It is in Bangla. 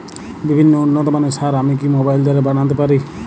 বিভিন্ন উন্নতমানের সার আমি কি মোবাইল দ্বারা আনাতে পারি?